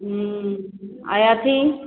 हूँ आ अथी